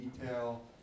detail